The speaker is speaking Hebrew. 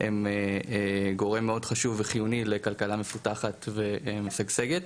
הם גורם מאוד חשוב וחיוני לכלכלה מפותחת ומשגשגת,